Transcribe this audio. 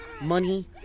money